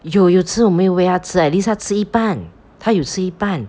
有有吃我们有喂他吃 at least 他吃一半他有吃一半